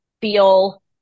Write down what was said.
feel